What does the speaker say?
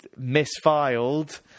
misfiled